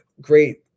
great